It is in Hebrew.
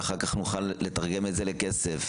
שאחר כך נוכל לתרגם לכסף,